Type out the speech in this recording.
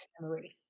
memory